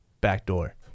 backdoor